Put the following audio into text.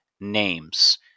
names